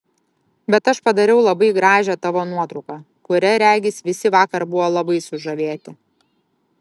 bet aš padariau labai gražią tavo nuotrauką kuria regis visi vakar buvo labai sužavėti